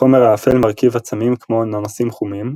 החומר האפל מרכיב עצמים כמו "ננסים חומים",